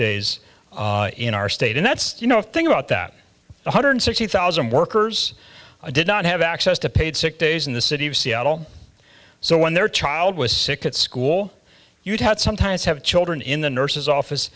days in our state and that's you know think about that one hundred sixty thousand workers did not have access to paid sick days in the city of seattle so when their child was sick at school you'd have sometimes have children in the nurse's office